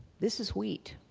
this is wheat,